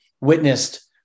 witnessed